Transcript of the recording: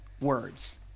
words